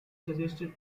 suggested